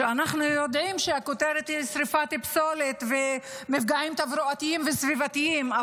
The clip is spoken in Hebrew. כשאנחנו יודעים שהכותרת היא שריפת פסולת ומפגעים תברואתיים וסביבתיים.